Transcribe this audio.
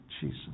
Jesus